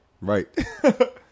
Right